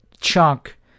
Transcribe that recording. chunk